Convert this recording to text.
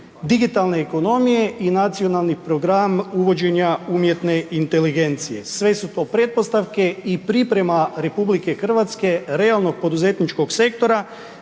digitalne ekonomije i nacionalni program uvođenja umjetne inteligencije. Sve su to pretpostavke i priprema RH realnog poduzetničkog sektora